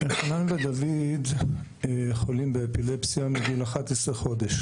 חנן ודוד חולים באפילפסיה מגיל 11 חודשים,